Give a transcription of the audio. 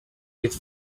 with